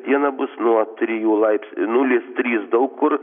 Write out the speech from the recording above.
dieną bus nuo trijų laips nulis trys daug kur